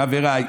חבריי,